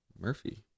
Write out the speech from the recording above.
Murphy